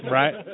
right